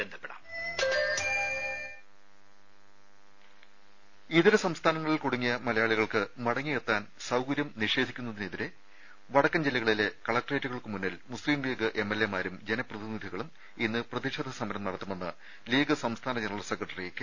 രുര ഇതര സംസ്ഥാനങ്ങളിൽ കുടുങ്ങിയ മലയാളികൾക്ക് മടങ്ങിയെത്താൻ സൌകര്യം നിഷേധിക്കുന്നതിനെതിരെ വടക്കൻ ജില്ലകളിലെ കലക്ട്രേറ്റുകൾക്ക് മുന്നിൽ മുസ്ലീം ലീഗ് എംഎൽഎ മാരും ജനപ്രതിനിധികളും ഇന്ന് പ്രതിഷേധ സമരം നടത്തുമെന്ന് ലീഗ് സംസ്ഥാന ജനറൽ സെക്രട്ടറി കെ